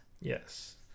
Yes